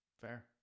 Fair